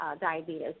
diabetes